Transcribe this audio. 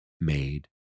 made